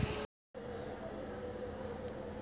Purse లో డబ్బులు పెట్టలా?